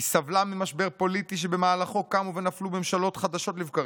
היא סבלה ממשבר פוליטי שבמהלכו קמו ונפלו ממשלות חדשות לבקרים.